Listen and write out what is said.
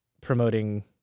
promoting